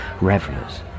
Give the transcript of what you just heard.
revelers